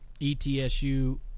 ETSU